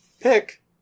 Pick